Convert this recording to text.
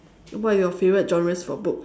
what are you favourite genres for book